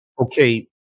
Okay